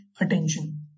attention